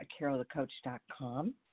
carolthecoach.com